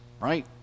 right